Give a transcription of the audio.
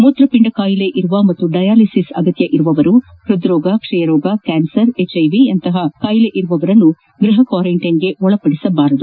ಮೂತ್ರಪಿಂಡ ಕಾಯಲೆ ಇರುವ ಹಾಗೂ ಡಯಾಲಿಸಿಸ್ ಅಗತ್ಯ ಇರುವವರು ಹೃದ್ರೋಗ ಕ್ಷಯರೋಗ ಕ್ಯಾನ್ಸರ್ ಎಚ್ಐವಿ ಯಂತಹ ಕಾಯಿಲೆ ಇರುವವರನ್ನು ಗೃಪ ಕ್ಷಾರಂಟೇನ್ಗೆ ಒಳಪಡಿಸಬಾರದು